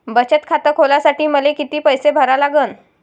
बचत खात खोलासाठी मले किती पैसे भरा लागन?